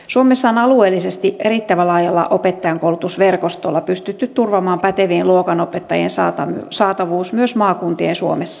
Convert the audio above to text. suomessa on alueellisesti riittävän laajalla opettajankoulutusverkostolla pystytty turvaamaan pätevien luokanopettajien saatavuus myös maakuntien suomessa